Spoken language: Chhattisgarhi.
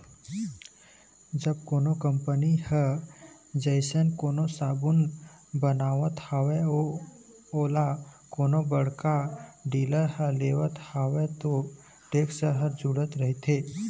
जब कोनो कंपनी ह जइसे कोनो साबून बनावत हवय अउ ओला कोनो बड़का डीलर ह लेवत हवय त टेक्स ह जूड़े रहिथे